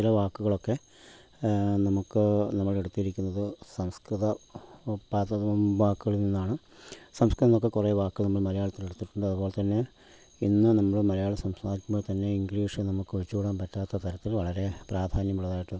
ചില വാക്കുകളൊക്കെ നമുക്ക് നമ്മളെടുത്തിരിക്കുന്നത് സംസ്കൃത പദത്തില് നിന്ന് വാക്കുകളില് നിന്നാണ് സംസ്കൃതത്തില് നിന്നൊക്കെ കുറേ വാക്കുകള് നമ്മള് മലയാളത്തില് എടുത്തിട്ടുണ്ട് അതുപോലെ തന്നെ ഇന്ന് നമ്മള് മലയാളം സംസാരിക്കുമ്പോള് തന്നെ ഇംഗ്ലീഷിനെ നമുക്ക് ഒഴിച്ചുകൂടാന് പറ്റാത്ത തരത്തില് വളരെ പ്രാധാന്യമുള്ളതായിട്ട്